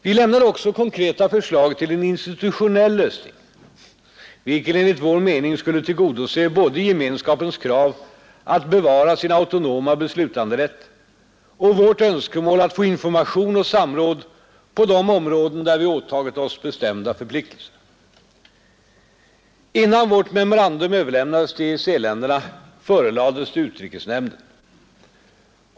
Vi lämnade också konkreta förslag till en institutionell lösning, vilken enligt vår mening skulle tillgodose både Gemenskapens krav att bevara sin autonoma beslutanderätt och vårt önskemål att få information och samråd på de områden där vi åtagit oss bestämda förpliktelser. Innan vårt memorandum överlämnades till EEC-länderna förelades det utrikesnämnden.